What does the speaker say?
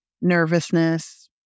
nervousness